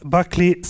Buckley